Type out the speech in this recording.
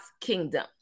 kingdom